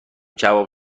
کباب